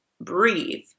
Breathe